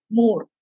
more